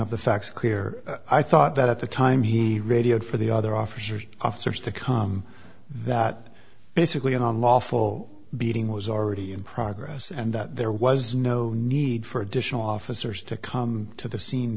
have the facts clear i thought that at the time he radioed for the other officers officers to come that basically an unlawful beating was already in progress and that there was no need for additional officers to come to the scene